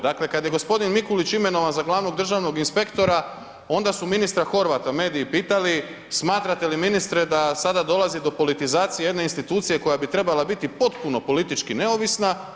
Dakle, kad je g. Mikulić imenovan za glavnog državnog inspektora, onda su ministra Horvata mediji pitali, smatrate li ministre da sada dolazi do politizacije jedne institucije koja bi trebala potpuno politički neovisna.